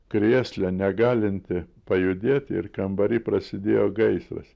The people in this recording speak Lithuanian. krėsle negalinti pajudėti ir kambary prasidėjo gaisras